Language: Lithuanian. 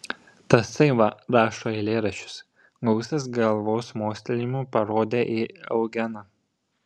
tasai va rašo eilėraščius gausas galvos mostelėjimu parodė į eugeną